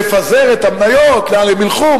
נפזר את המניות, לאן הן ילכו?